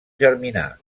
germinar